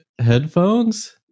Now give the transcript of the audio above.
headphones